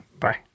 Bye